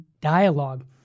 dialogue